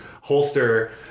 holster